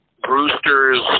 Brewster's